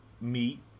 meat